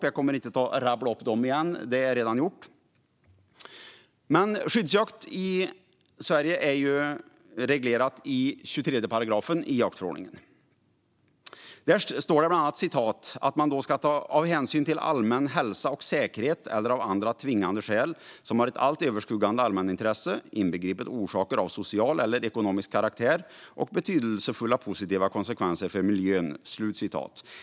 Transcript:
Jag kommer inte att rabbla upp dem igen; det är redan gjort. Men skyddsjakt i Sverige är reglerat i 23 § jaktförordningen. Där står bland annat om "hänsyn till allmän hälsa och säkerhet eller av andra tvingande skäl som har ett allt överskuggande allmänintresse, inbegripet orsaker av social eller ekonomisk karaktär och betydelsefulla positiva konsekvenser för miljön".